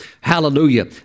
Hallelujah